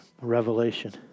Revelation